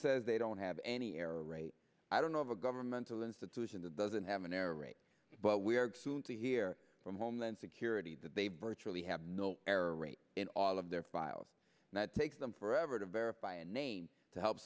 says they don't have any error rate i don't know of a governmental institution that doesn't have an error rate but we are soon to hear from homeland security that they virtually have no error rate in all of their files and that takes them forever to verify a name to help